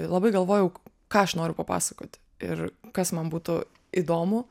labai galvojau ką aš noriu papasakoti ir kas man būtų įdomu